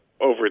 Over